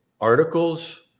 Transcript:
articles